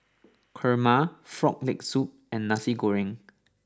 Kurma Frog Leg Soup and Nasi Goreng